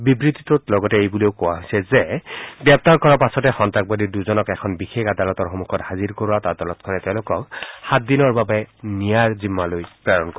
বিবৃতিটোত লগতে এইবুলিও কোৱা হৈছে যে গ্ৰেপ্তাৰ কৰাৰ পাছতে সন্তাসবাদী দুজনক এখন বিশেষ আদালতৰ সন্মুখত হাজিৰ কৰোৱাত আদালতখনে তেওঁলোকক সাতদিনৰ বাবে নিয়াৰ জিম্মালৈ প্ৰেৰণ কৰে